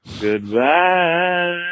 goodbye